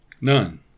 None